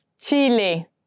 Chile